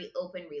open